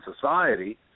society